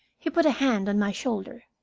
he put a hand on my shoulder.